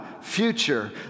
future